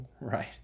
Right